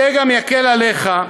זה גם יקל עליך,